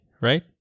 right